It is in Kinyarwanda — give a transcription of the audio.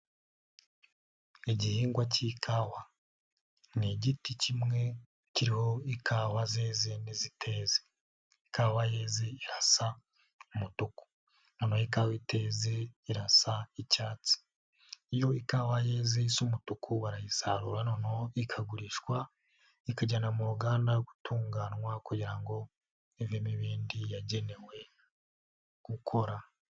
Igihingwa cy'ikawa ni igiti kimwe kiriho ikawa zeze n'iziteze, ikawa yeze irasa umutuku noneho ikawa iteze irasa icyatsi, iyo ikawa yeze isa umutuku wayisarura noneho ikagurishwa ikajyana mu ruganda gutunganywa kugira ngo ivemo ibindi yagenewe gukora.